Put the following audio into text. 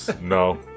No